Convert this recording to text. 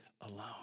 alone